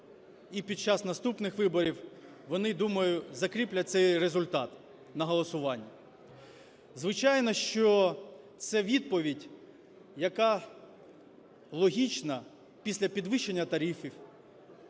і під час наступних виборів вони, думаю, закріплять цей результат на голосуванні. Звичайно, що це відповідь, яка логічна після підвищення тарифів,